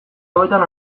hauetan